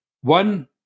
One